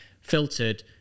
filtered